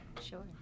Sure